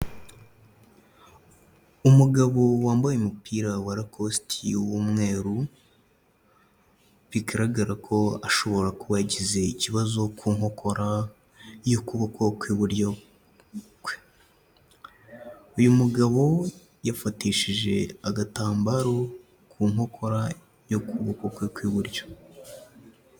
Umugabo wambaye umupira wa rakositi w'umweru, bigaragara ko ashobora kuba yagize ikibazo ku nkokora y'ukuboko kw'iburyo kwe. Uyu mugabo yafatishije agatambaro ku nkokora y'ukuboko kwe kw'iburyo.